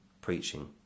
preaching